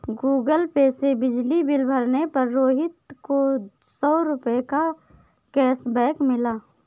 Google Pay से बिजली bill भरने पर रोहित को सौ रूपए का कैशबैक मिला